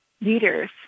leaders